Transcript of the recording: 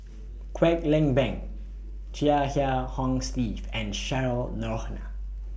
Kwek Leng Beng Chia Kiah Hong Steve and Cheryl Noronha